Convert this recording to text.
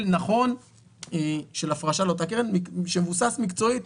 נכון של הפרשה לאותה קרן שמבוסס מקצועית